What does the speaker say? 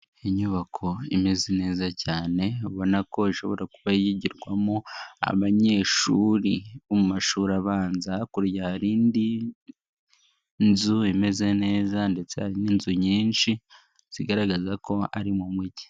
Inyubako imeze neza cyane ubona ko ishobora kuba yigirwamo abanyeshuri mu mashuri abanza, hakurya hari irindi nzu imeze neza ndetse hari n'inzu nyinshi zigaragaza ko ari mu mujyi.